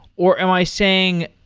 or am i saying,